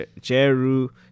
Jeru